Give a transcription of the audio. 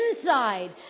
inside